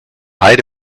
height